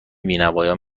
بینوایان